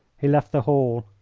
he left the hall.